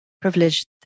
privileged